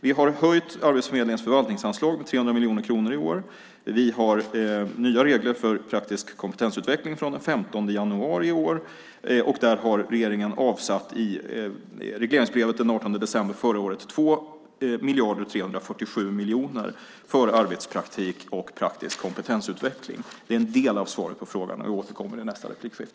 Vi har höjt Arbetsförmedlingens förvaltningsanslag med 300 miljoner kronor i år. Vi har nya regler för praktisk kompetensutveckling från den 15 januari i år. Där har regeringen i regleringsbrevet den 18 december förra året avsatt 2 347 000 000 kronor för arbetspraktik och praktisk kompetensutveckling. Det är en del av svaret på frågan. Jag återkommer i nästa inlägg.